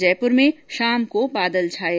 जयपुर में शाम को बादल छा गये